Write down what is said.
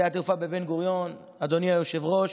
אדוני היושב-ראש,